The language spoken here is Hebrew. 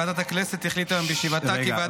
ועדת הכנסת החליטה היום בישיבתה כי --- ששש.